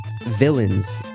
villains